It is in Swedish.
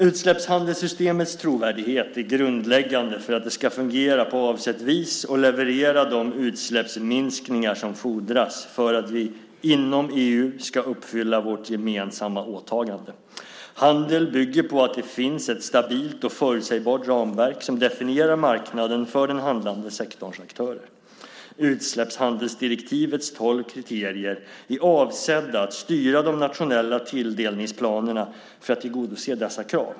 Utsläppshandelssystemets trovärdighet är grundläggande för att det ska fungera på avsett vis och leverera de utsläppsminskningar som fordras för att vi inom EU ska uppfylla vårt gemensamma åtagande. Handel bygger på att det finns ett stabilt och förutsägbart ramverk som definierar marknaden för den handlande sektorns aktörer. Utsläppshandelsdirektivets tolv kriterier är avsedda att styra de nationella tilldelningsplanerna för att tillgodose dessa krav.